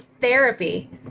therapy